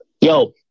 Yo